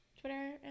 Twitter